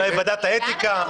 אולי ועדת האתיקה.